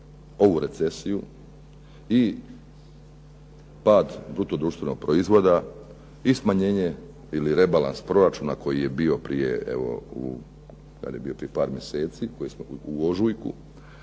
ovu recesiju i pad bruto društvenog proizvoda i smanjenje ili rebalans proračuna koji je bio evo prije par mjeseci, u ožujku.